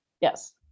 Yes